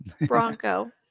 bronco